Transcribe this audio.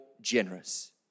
generous